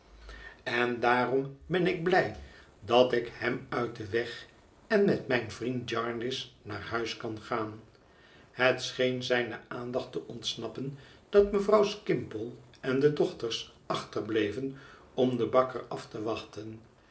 en daarom ben ik blij dat ik hem uit den weg en met mijn vriend jarndyce naar huis kan gaan het scheen zijne aandacht te ontsnappen dat mevrouw skimpole en de dochters achterbleven om den bakker af te wachten